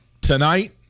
tonight